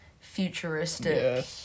futuristic